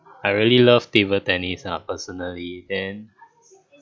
I really love table tennis ah personally then